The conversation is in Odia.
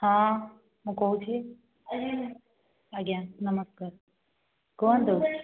ହଁ ମୁଁ କହୁଛି ଆଜ୍ଞା ନମସ୍କାର କୁହନ୍ତୁ